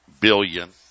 billion